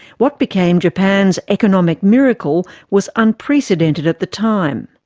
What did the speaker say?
what became japan's economic miracle was unprecedented at the time.